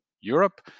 Europe